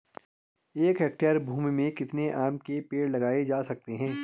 एक हेक्टेयर भूमि में कितने आम के पेड़ लगाए जा सकते हैं?